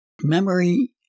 Memory